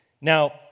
Now